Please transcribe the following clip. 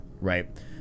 right